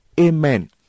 amen